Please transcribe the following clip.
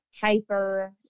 hyper